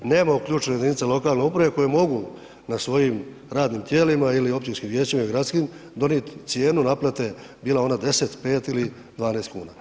Nema uključenih jedinica lokalne uprave koje mogu na svojim radnim tijelima ili općinskim vijećima i gradskim donijeti cijenu naplate bila ona 10, 5 ili 12 kuna.